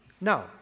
Now